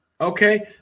Okay